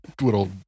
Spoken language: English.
Little